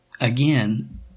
again